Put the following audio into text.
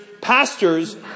pastors